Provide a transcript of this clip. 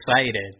excited